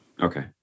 Okay